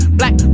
black